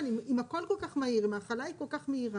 אם הכול כל כך מהיר אם ההחלה היא כל כך מהירה.